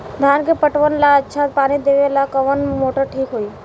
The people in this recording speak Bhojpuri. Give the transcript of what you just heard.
धान के पटवन ला अच्छा पानी देवे वाला कवन मोटर ठीक होई?